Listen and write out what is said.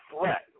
threat